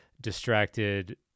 distracted